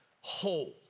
whole